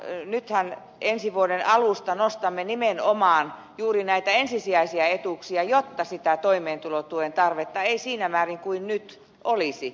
nythän ensi vuoden alusta nostamme nimenomaan juuri näitä ensisijaisia etuuksia jotta sitä toimeentulotuen tarvetta ei siinä määrin kuin nyt olisi